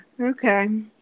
Okay